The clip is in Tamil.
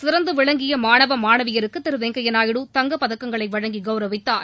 சிறந்து விளங்கிய மாணவ மாணவியருக்கு திரு வெங்கப்யா நாயுடு தங்கப் பதக்கங்களை வழங்கி கௌரவித்தார்